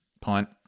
Punt